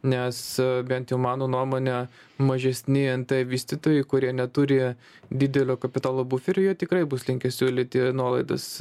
nes bent jau mano nuomone mažesni nt vystytojai kurie neturi didelio kapitalo buferiui jie tikrai bus linkę siūlyti nuolaidas